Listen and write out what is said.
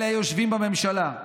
אלה היושבים בממשלה,